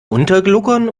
untergluckern